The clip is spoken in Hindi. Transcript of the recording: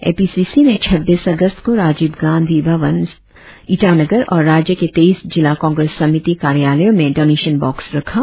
ए पी सी सी ने छब्बीस अगस्त को राजीव गांधी भवन ईटानगर और राज्य के तेईस जिला कांग्रेस समिति कार्यालयों में डोनेशन बॉक्स रखा